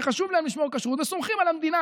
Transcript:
שחשוב להם לשמור כשרות והם סומכים על המדינה.